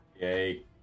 Yay